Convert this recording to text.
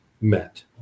met